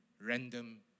random